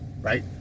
right